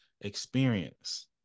experience